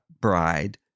bride